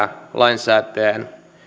lainsäätäjän